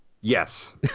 Yes